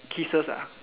kisses ah